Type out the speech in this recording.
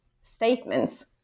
statements